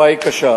התופעה היא קשה.